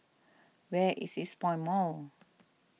where is Eastpoint Mall